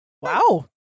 wow